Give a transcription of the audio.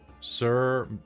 Sir